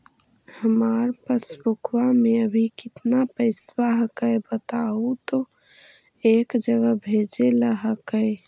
हमार पासबुकवा में अभी कितना पैसावा हक्काई बताहु तो एक जगह भेजेला हक्कई?